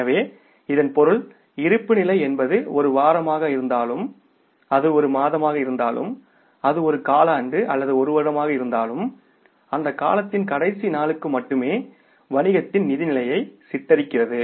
எனவே இதன் பொருள் இருப்புநிலை என்பது ஒரு வாரமாக இருந்தாலும் அது ஒரு மாதமாக இருந்தாலும் அது ஒரு காலாண்டு அல்லது ஒரு வருடமாக இருந்தாலும் அந்தக் காலத்தின் கடைசி நாளுக்கு மட்டுமே வணிகத்தின் நிதி நிலையை சித்தரிக்கிறது